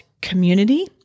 community